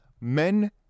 Men